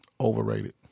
Overrated